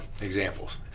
Examples